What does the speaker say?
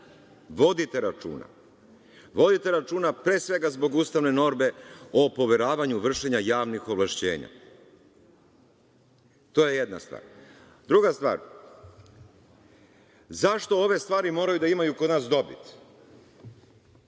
Vodite računa. Vodite računa, pre svega, zbog ustavne norme o poveravanju vršenja javnih ovlašćenja. To je jedna stvar. Druga stvar, zašto ove stvari moraju da imaju kod nas dobit?